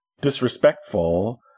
disrespectful